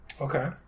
Okay